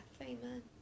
Amen